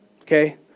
okay